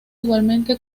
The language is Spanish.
igualmente